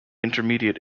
intermediate